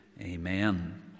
Amen